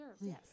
yes